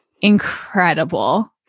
incredible